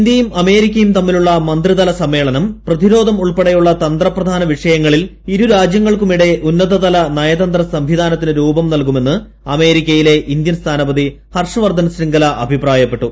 ഇന്ത്യയും അമേരിക്കയും തമ്മിലെ മന്ത്രിതല്പ് സ്മ്മേളനം പ്രതിരോധം ഉൾപ്പെടെയുള്ള തന്ത്രപ്രധാന വിഷയങ്ങളിൽ ഇരുരാജ്യങ്ങൾക്കുമിടെ ഉന്നതതല നയതന്ത്ര സംവിധാനത്തിന് രൂപം നൽകുമെന്ന് അമേരിക്കയിലെ ഇന്ത്യൻ സ്ഥാനപതി ഹർഷ് വർദ്ധൻ ശ്രിങ്കല അഭിപ്രായപ്പെട്ടു